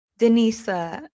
Denisa